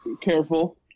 Careful